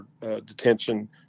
detention